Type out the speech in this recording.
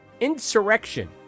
insurrection